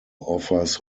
offers